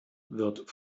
wird